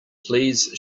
please